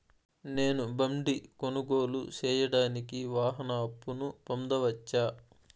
నేను బండి కొనుగోలు సేయడానికి వాహన అప్పును పొందవచ్చా?